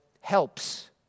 helps